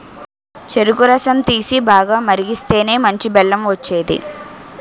చెరుకు రసం తీసి, బాగా మరిగిస్తేనే మంచి బెల్లం వచ్చేది